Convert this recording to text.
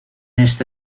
este